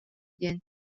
диэн